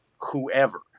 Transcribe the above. whoever